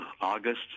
august